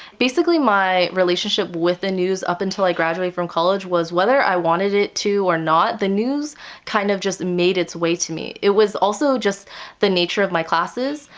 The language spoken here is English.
basically my relationship with the news up until i graduated from college was whether i wanted it to or not, the news kind of just made it's way to me. it was also just the nature of my classes,